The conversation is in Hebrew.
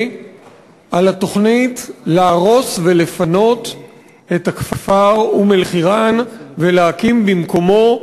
על התוכנית להרוס ולפנות את הכפר אום-אלחיראן ולהקים במקומו,